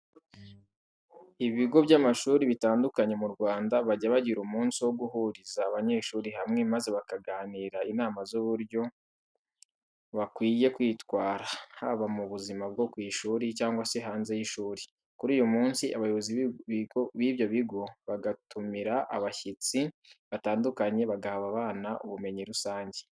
Ibiga by'amashuri bitandukanye mu Rwanda bajya bagira umunsi wo guhuriza abanyeshuri hamwe maze bakabagira inama z'uburyo bakwiye kwitwara, haba mu buzima bwo ku ishuri cyangwa se hanze y'ishuri. Kuri uyu munsi abayobozi b'ibyo bigo batumira abashyitsi batundukanye bagaha abo bana ubumenyi rusange.